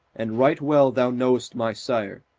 and right well thou know'st my sire,